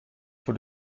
for